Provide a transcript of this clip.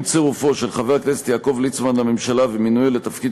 עם צירופו של חבר הכנסת יעקב ליצמן לממשלה ומינויו לתפקיד